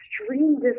extreme